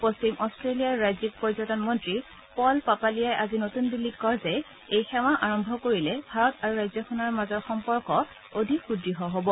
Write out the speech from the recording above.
পশ্চিম অট্টেলিয়াৰ ৰাজ্যিক পৰ্যটন মন্ত্ৰী পল পাপালীয়াই আজি নতুন দিল্লীত কয় যে এই সেৱা আৰম্ভ কৰিলে ভাৰত আৰু ৰাজ্যখনৰ মাজৰ সম্পৰ্ক অধিক সূদ্য় হব